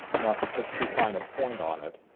not to put too fine a point on it,